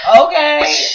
Okay